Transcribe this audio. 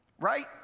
right